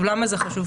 למה זה חשוב?